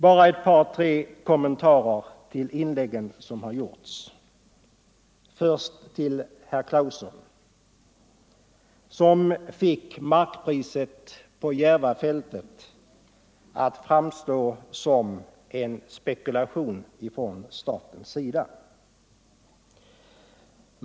Så ett par kommentarer till de tidigare inläggen, och först till herr Claeson, som fick markpriset på Järvafältet att framstå som en spekulation från statens sida.